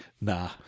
Nah